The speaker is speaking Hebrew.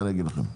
מה אני אגיד לכם?